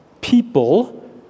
people